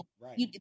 right